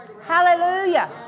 Hallelujah